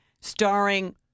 starring